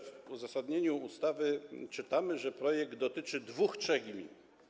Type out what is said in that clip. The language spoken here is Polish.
W uzasadnieniu ustawy czytamy, że projekt dotyczy dwóch, trzech gmin.